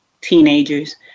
teenagers